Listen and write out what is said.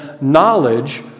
knowledge